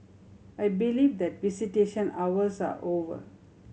I believe that visitation hours are over